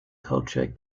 culture